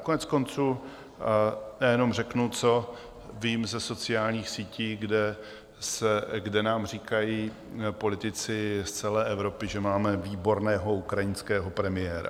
Koneckonců jenom řeknu, co vím ze sociálních sítí, kde nám říkají politici z celé Evropy, že máme výborného ukrajinského premiéra.